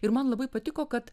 ir man labai patiko kad